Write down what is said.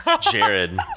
Jared